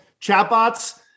chatbots